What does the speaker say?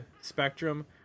spectrum